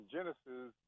Genesis